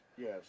Yes